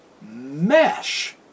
mesh